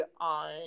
on